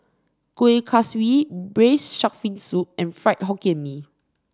Kuih Kaswi Braised Shark Fin Soup and Fried Hokkien Mee